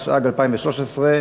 התשע"ג 2013,